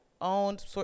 owned